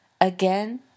Again